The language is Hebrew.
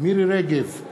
מירי רגב,